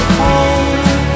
home